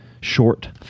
short